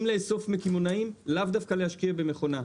אם לאסוף מקמעונאים לאו דווקא להשקיע במכונה.